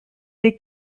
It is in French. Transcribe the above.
des